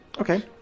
Okay